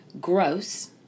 gross